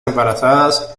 embarazadas